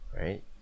right